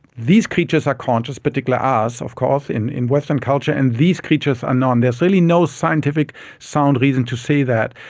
these creatures are conscious, particularly us of course in in western culture, and these creatures are not, and there's really no scientific sound reason to say that.